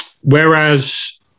Whereas